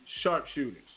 Sharpshooters